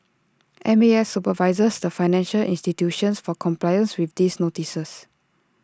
M A S supervises the financial institutions for compliance with these notices